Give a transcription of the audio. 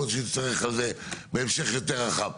יכול להיות שנצטרך על זה בהמשך יותר רחב,